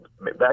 Back